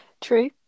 true